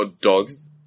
dogs